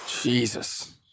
Jesus